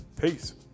Peace